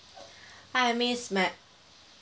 hi miss may